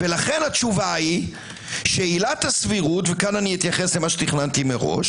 לכן התשובה היא שעילת הסברות ופה אתייחס למה שתכננתי מראש